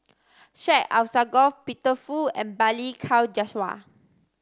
Syed Alsagoff Peter Fu and Balli Kaur Jaswal